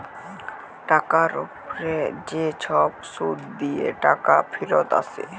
টাকার উপ্রে যে ছব সুদ দিঁয়ে টাকা ফিরত আসে